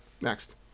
Next